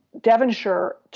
Devonshire